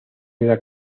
queda